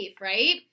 right